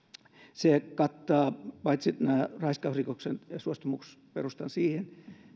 se kattaa paitsi raiskausrikoksen ja suostumusperustan siihen